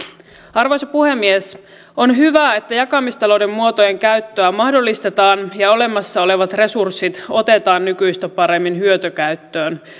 arvoisa puhemies on hyvä että jakamistalouden muotojen käyttöä mahdollistetaan ja olemassa olevat resurssit otetaan nykyistä paremmin hyötykäyttöön